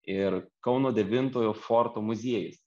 ir kauno devintojo forto muziejus